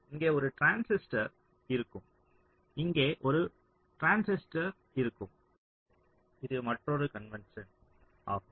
இங்கே ஒரு டிரான்சிஸ்டர் இருக்கும்இங்கே ஒரு டிரான்சிஸ்டர் இருக்கும் இது மற்றொரு கன்வென்ஸன் ஆகும்